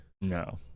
No